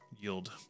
yield